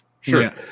sure